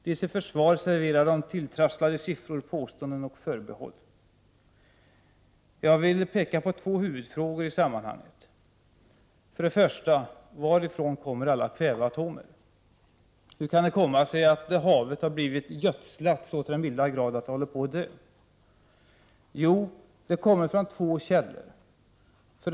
Till sitt försvar serverar de tilltrasslade siffror, påståenden och förbehåll. Jag vill peka på två huvudfrågor i sammanhanget. Först och främst: Varifrån kommer alla kväveatomer? Hur kan det komma sig att havet har blivit gödslat så till den milda grad att det håller på att dö? Jo, det kommer från två källor.